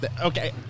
Okay